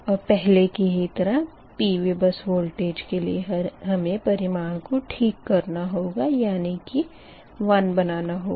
और पहले की ही तरह PV बस वोल्टेज के लिए हमें परिमाण को ठीक करना होगा यानी की 1बनाना होगा